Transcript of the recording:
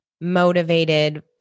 motivated